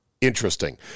Interesting